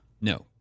No